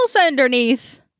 underneath